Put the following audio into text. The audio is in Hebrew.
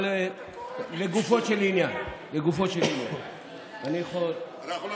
אבל לגופו של עניין, אנחנו לא,